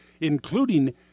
including